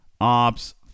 Ops